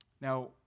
Now